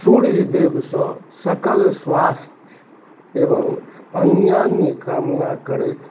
सूर्यदेवसँ सकल स्वास्थ्य एवम अन्यान्य कामना करैत